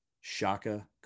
Shaka